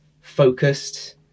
focused